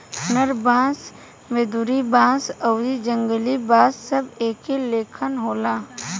नर बांस, वेदुर बांस आउरी जंगली बांस सब एके लेखन होला